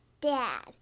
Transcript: Dad